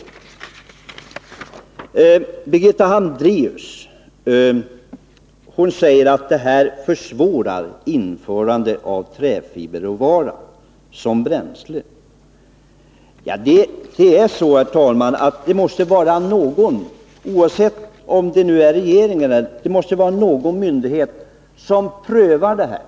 Birgitta Hambraeus säger att det här försvårar införandet av träfiberråvara som bränsle. Ja, herr talman, det måste vara någon myndighet, oavsett om det nu är regeringen, som prövar det här.